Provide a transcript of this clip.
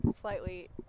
slightly